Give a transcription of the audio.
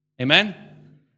Amen